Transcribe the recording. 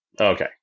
Okay